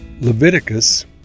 Leviticus